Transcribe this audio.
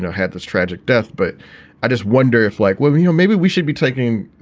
had this tragic death. but i just wonder if like women, you know maybe we should be taking,